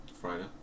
Friday